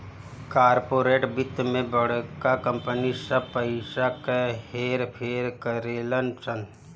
corporate वित्त मे बड़का कंपनी सब पइसा क हेर फेर करेलन सन